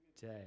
day